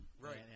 Right